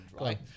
right